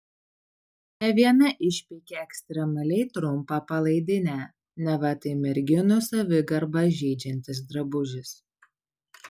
ne viena išpeikė ekstremaliai trumpą palaidinę neva tai merginų savigarbą žeidžiantis drabužis